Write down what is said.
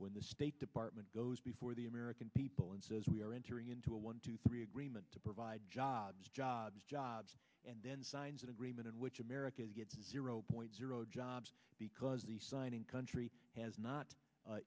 when the state department goes before the american people and says we are entering into a one two three agreement to provide jobs jobs jobs and then signs an agreement in which america gets zero point zero jobs because the signing country has not